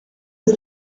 was